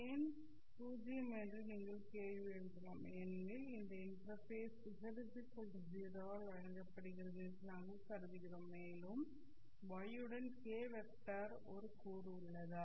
ஏன் 0 என்று நீங்கள் கேள்வி எழுப்பலாம் ஏனெனில் இந்த இன்டெர்ஃபேஸ் z0 ஆல் வழங்கப்படுகிறது என்று நாங்கள் கருதுகிறோம் மேலும் y உடன் k' வெக்டர் ஒரு கூறு உள்ளதா